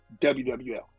WWL